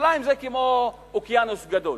ירושלים זה כמו אוקיינוס גדול.